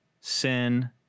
sin